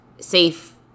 safe